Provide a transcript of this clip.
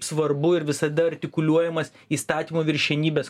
svarbu ir visada artikuliuojamas įstatymo viršenybės